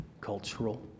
cultural